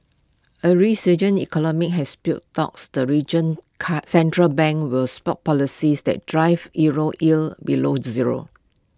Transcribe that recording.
A resurgent economy has spurred talks the region's central bank will spot policies that drove euro yields below zero